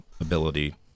ability